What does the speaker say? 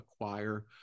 acquire